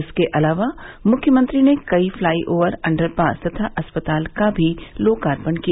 इसके अलावा मुख्यमंत्री ने कई फ्लाई ओवर अंडर पास तथा अस्पताल का भी लोकार्पण किया